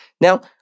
Now